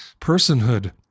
personhood